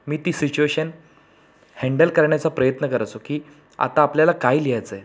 मी ती situation handle करण्याचा प्रयत्न कराचो की आता आपल्याला काही लिहायचं आहे